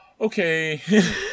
okay